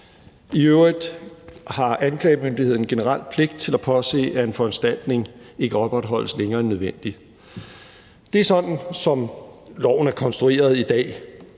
I øvrigt har anklagemyndigheden en generel pligt til at påse, at en foranstaltning ikke opretholdes længere end nødvendigt. Det er sådan, som loven er konstrueret i dag.